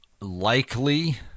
Likely